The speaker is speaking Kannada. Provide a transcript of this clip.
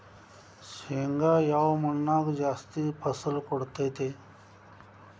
ಶೇಂಗಾ ಯಾವ ಮಣ್ಣಾಗ ಜಾಸ್ತಿ ಫಸಲು ಕೊಡುತೈತಿ?